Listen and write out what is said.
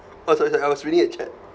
oh sorry sorry I was reading a chat